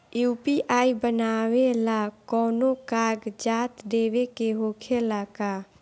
UPI बनावेला कौनो कागजात देवे के होखेला का?